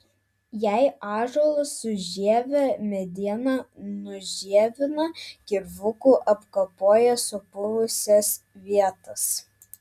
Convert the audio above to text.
jei ąžuolas su žieve medieną nužievina kirvuku apkapoja supuvusias vietas